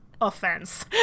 Offense